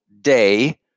day